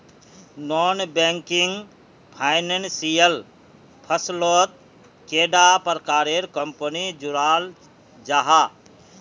Non banking financial फसलोत कैडा प्रकारेर कंपनी जुराल जाहा?